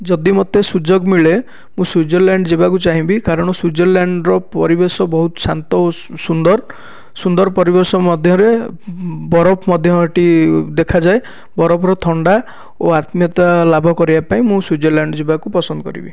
ଯଦି ମୋତେ ସୁଯୋଗ ମିଳେ ମୁଁ ସ୍ୱିଜରଲ୍ୟାଣ୍ଡ ଯିବାକୁ ଚାହିଁବି କାରଣ ସ୍ୱିଜରଲ୍ୟାଣ୍ଡର ପରିବେଶ ବହୁତ ଶାନ୍ତ ଓ ସୁନ୍ଦର ସୁନ୍ଦର ପରିବେଶ ମଧ୍ୟରେ ବରଫ ମଧ୍ୟ ଏଠି ଦେଖାଯାଏ ବରଫର ଥଣ୍ଡା ଓ ଆତ୍ମିୟତା ଲାଭ କରିବା ପାଇଁ ମୁଁ ସ୍ୱିଜରଲ୍ୟାଣ୍ଡ ଯିବାକୁ ପସନ୍ଦ କରିବି